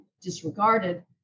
disregarded